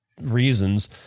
reasons